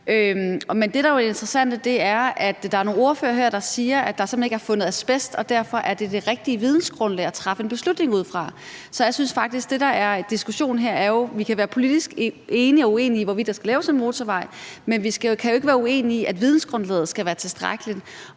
det interessante, er, at der er nogle ordførere her, der siger, at der simpelt hen ikke er fundet asbest, og at det derfor er det rigtige vidensgrundlag at træffe en beslutning på. Så jeg synes faktisk, at det, der er diskussionen her, er: Vi kan være politisk enige eller uenige om, hvorvidt der skal laves en motorvej, men vi kan jo ikke være uenige om, at vidensgrundlaget skal være tilstrækkeligt.